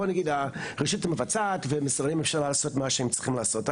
בוא נגיד הרשות המבצעת ומשרדי הממשלה לעשות מה שהם צריכים לעשות.